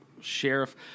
sheriff